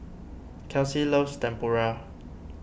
Kelsi loves Tempura